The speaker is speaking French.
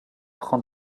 prend